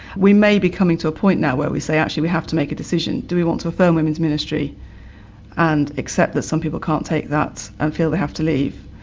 we may be coming to a point now where we say actually we have to make a decision. do we want to affirm women's ministry and accept that some people can't take that and feel they have to leave?